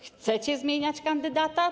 Chcecie zmieniać kandydata?